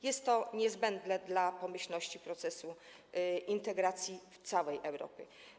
Jest to niezbędne dla pomyślności procesu integracji w całej Europie.